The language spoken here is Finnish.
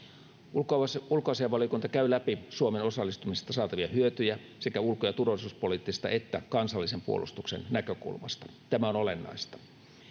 ulkoasiainvaliokunta käy läpi suomen osallistumisesta saatavia hyötyjä sekä ulko ja turvallisuuspoliittisesta että kansallisen puolustuksen näkökulmasta tämä on olennaista